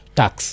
tax